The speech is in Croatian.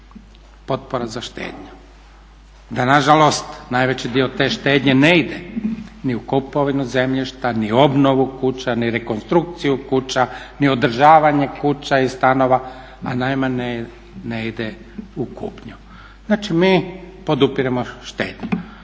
potpora za štednju, da nažalost najveći dio te štednje ne ide ni u kupovinu zemljišta, ni obnovu kuća, ni rekonstrukciju kuća, ni održavanje kuća i stanova, a najmanje ne ide u kupnju. Znači mi podupiremo štednju.